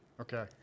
Okay